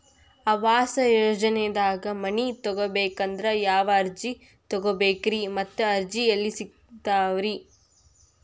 ಆವಾಸ ಯೋಜನೆದಾಗ ಮನಿ ತೊಗೋಬೇಕಂದ್ರ ಯಾವ ಅರ್ಜಿ ತುಂಬೇಕ್ರಿ ಮತ್ತ ಅರ್ಜಿ ಎಲ್ಲಿ ಸಿಗತಾವ್ರಿ?